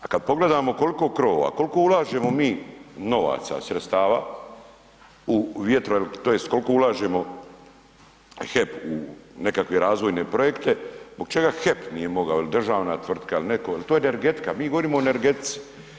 A kad pogledamo koliko krovova, koliko ulažemo mi novaca, sredstava, u vjetro, to jest koliko ulažemo, HEP u nekakve razvojne projekte, zbog čega HEP nije mogao ili državna tvrtka ili netko, jer to je energetika, mi govorimo o energetici.